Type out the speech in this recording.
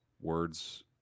words